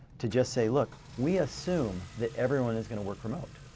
to just say look we assume that everyone is gonna work remote.